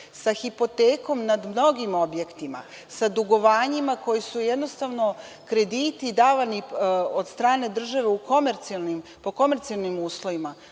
sa hipotekom nad mnogim objektima, sa dugovanjima koji su jednostavno krediti davani od strane države po komercijalnim uslovima